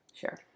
Sure